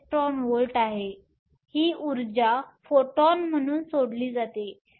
42 ev आहे ही ऊर्जा फोटॉन म्हणून सोडली जाते